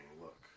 look